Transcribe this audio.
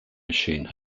machine